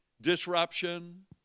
disruption